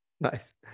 Nice